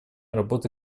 работы